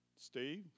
steve